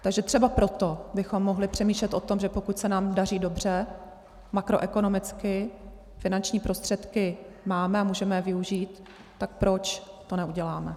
Takže třeba proto bychom mohli přemýšlet o tom, že pokud se nám daří dobře makroekonomicky, finanční prostředky máme a můžeme je využít, tak proč to neuděláme.